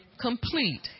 complete